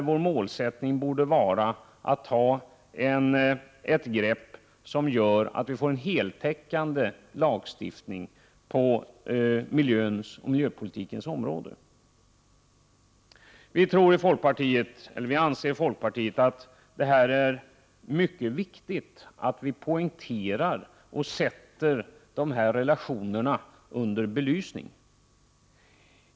Vår målsättning borde vara att se till att vi får en heltäckande lagstiftning på miljöpolitikens område. Vii folkpartiet anser att det är mycket viktigt att vi belyser dessa relationer och poängterar betydelsen av dem.